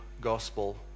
gospel